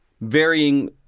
varying